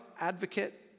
advocate